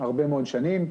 הרבה מאוד שנים,